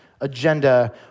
agenda